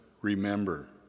remember